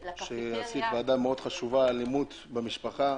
קיימת ועדה מאוד חשובה אלימות במשפחה.